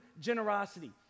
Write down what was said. generosity